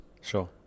sure